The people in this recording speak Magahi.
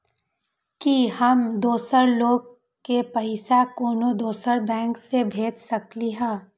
कि हम दोसर लोग के पइसा कोनो दोसर बैंक से भेज सकली ह?